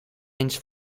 eens